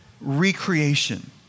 recreation